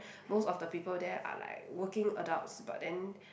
most of the people there are like working adults but then